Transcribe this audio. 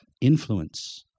Influence